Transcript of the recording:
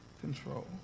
control